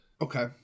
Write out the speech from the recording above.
okay